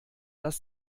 das